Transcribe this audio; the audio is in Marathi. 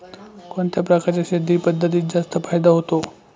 कोणत्या प्रकारच्या शेती पद्धतीत जास्त फायदा होतो?